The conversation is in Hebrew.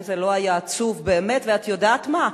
אם זה לא היה עצוב, באמת, ואת יודעת מה?